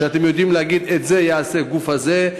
שאתם יודעים להגיד: את זה יעשה הגוף הזה,